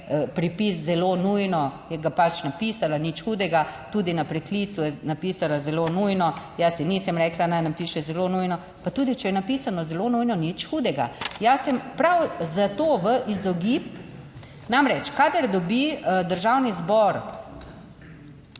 pripis "zelo nujno", je ga pač napisala, nič hudega, tudi na preklicu je napisala "zelo nujno". Jaz ji nisem rekla naj napiše "zelo nujno", pa tudi če je napisano "zelo nujno", nič hudega. Jaz sem prav zato v izogib, namreč kadar dobi Državni zbor